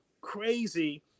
crazy